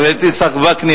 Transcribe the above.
וגם חבר הכנסת יצחק וקנין,